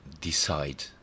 decide